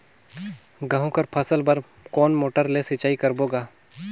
गहूं कर फसल बर कोन मोटर ले सिंचाई करबो गा?